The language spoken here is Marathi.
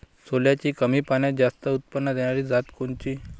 सोल्याची कमी पान्यात जास्त उत्पन्न देनारी जात कोनची?